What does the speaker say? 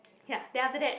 ya then after that